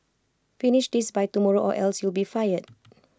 finish this by tomorrow or else you'll be fired